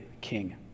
king